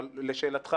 לשאלתך